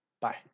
Bye